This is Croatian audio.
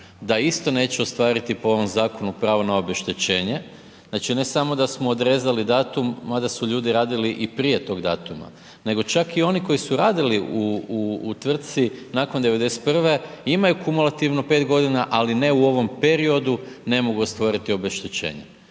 da isto neće ostvariti po ovom zakonu pravo na obeštećenje, znači ne samo da smo odrezali datum, mada su ljudi radili i prije tog datuma, nego čak i oni koji su radili u tvrtci nakon '91. imaju kumulativno 5.g., ali ne u ovom periodu, ne mogu ostvariti obeštećenje.